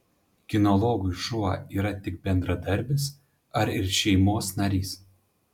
kinologui šuo yra tik bendradarbis ar ir šeimos narys